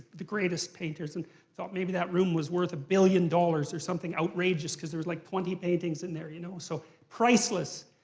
the greatest painters and i thought maybe that room was worth a billion dollars, or something outrageous, because there was like twenty paintings in there, you know? so priceless.